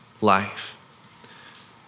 life